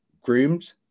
groomed